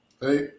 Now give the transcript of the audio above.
Hey